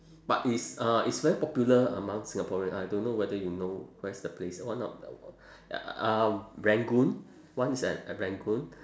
but it is uh it's very popular among singaporean I don't know whether you know where's the place one of uh rangoon one is at at rangoon